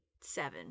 Seven